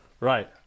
Right